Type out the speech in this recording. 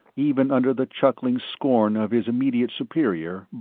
even under the chuckling scorn of his immediate superior,